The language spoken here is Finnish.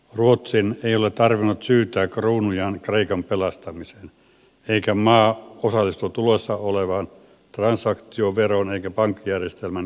ruotsin ei ole tarvinnut syytää kruunujaan kreikan pelastamiseen eikä maa osallistu tulossa olevaan transaktioveroon eikä pankkijärjestelmän kriisinhallintarahastoihin